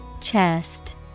Chest